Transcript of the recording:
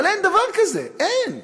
אבל אין דבר כזה, אין.